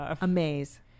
Amaze